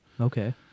Okay